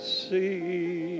see